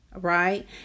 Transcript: Right